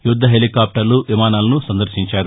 యుద్ద హెలికాప్టర్లు విమానాలను సందర్శించారు